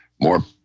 more